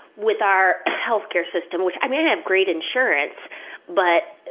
with our healthcare system which i mean, i have great insurance but,